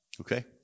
Okay